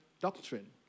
doctrine